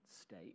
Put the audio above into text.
state